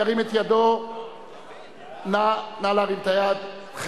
47, נגד, 60,